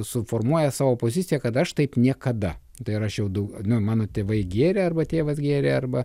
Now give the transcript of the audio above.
suformuoja savo poziciją kad aš taip niekada tai ar aš jau du nu mano tėvai gėrė arba tėvas gėrė arba